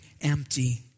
empty